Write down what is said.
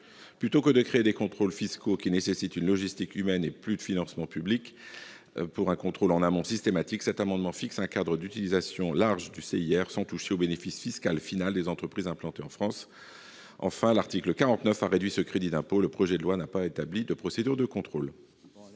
Plutôt que de créer des contrôles fiscaux qui nécessitent une logistique humaine et plus de financements publics pour un contrôle en amont systématique, cet amendement tend à fixer un cadre d'utilisation large du CIR, sans toucher au bénéfice fiscal final des entreprises implantées en France. Enfin, si l'article 49 a réduit ce crédit d'impôt, le projet de loi n'a pas établi de procédure de contrôle.